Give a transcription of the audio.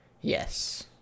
Yes